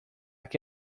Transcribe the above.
que